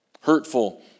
Hurtful